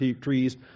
trees